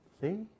See